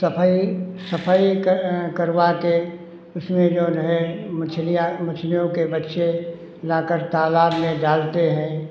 सफाई सफाई का करवा के उसमें जाैन है मछलियाँ मछलियों के बच्चे लाकर तालाब में डालते हैं